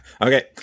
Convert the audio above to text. Okay